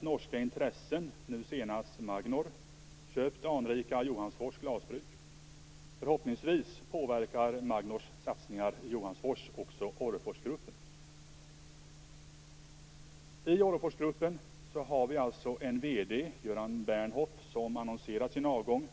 Norska intressen, nu senast Magnor, har också köpt anrika Johansfors glasbruk. Förhoppningsvis påverkar Magnors satsningar i I Orreforsgruppen har vd:n Göran Bernhoff annonserat sin avgång.